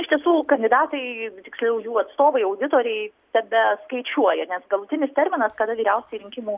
iš tiesų kandidatai tiksliau jų atstovai auditoriai tebe skaičiuoja nes galutinis terminas kada vyriausiajai rinkimų